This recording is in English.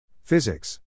Physics